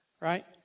Right